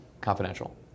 confidential